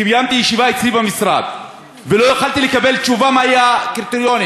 קיימתי ישיבה אצלי במשרד ולא יכולתי לקבל תשובה מהם הקריטריונים.